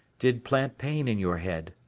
did plant pain in your head.